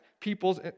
people's